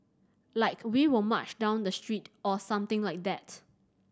like we will march down the street or something like that